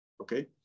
okay